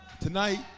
tonight